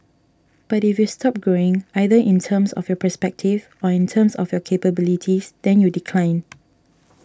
but if you stop growing either in terms of your perspective or in terms of your capabilities then you decline